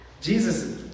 Jesus